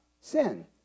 sin